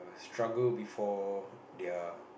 struggle before their